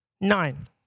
Nine